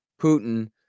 Putin